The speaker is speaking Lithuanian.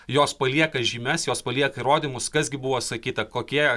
jos palieka žymes jos palieka įrodymus kas gi buvo sakyta kokie